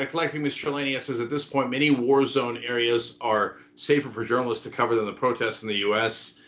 like like you, mr. lanius. as at this point, many warzone areas are safer for journalists to cover than the protests in the us.